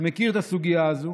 מכיר את הסוגיה הזו